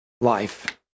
life